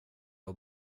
var